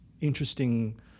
interesting